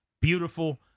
Beautiful